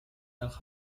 nach